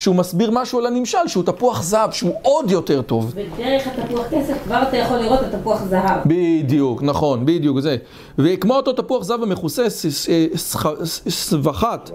שהוא מסביר משהו על הנמשל שהוא תפוח זהב שהוא עוד יותר טוב ודרך התפוח כסף כבר אתה יכול לראות את התפוח זהב בדיוק נכון בדיוק זה וכמו אותו תפוח זהב המכוסה סבחת